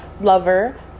lover